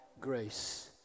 grace